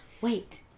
wait